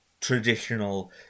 traditional